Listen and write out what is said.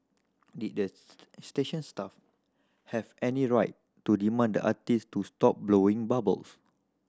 did the station staff have any right to demand the artist to stop blowing bubbles